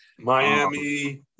Miami